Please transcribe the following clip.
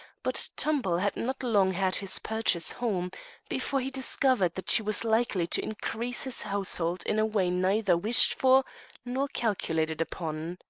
but tumbel had not long had his purchase home before he discovered that she was likely to increase his household in a way neither wished for nor calculated upon.